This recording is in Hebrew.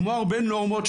כמו הרבה נורמות,